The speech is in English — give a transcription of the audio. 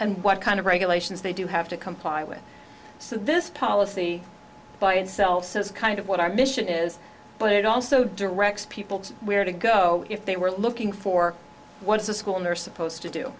and what kind of regulations they do have to comply with so this policy by itself says kind of what our mission is but it also directs people to where to go if they were looking for what is the school nurse supposed to do